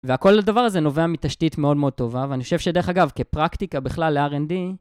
והכל הדבר הזה נובע מתשתית מאוד מאוד טובה ואני חושב שדרך אגב כפרקטיקה בכלל ל-R&D